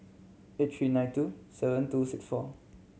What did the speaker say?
eight three nine two seven two six four